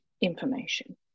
information